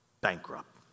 bankrupt